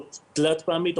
או תלת פעמית,